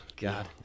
God